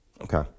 Okay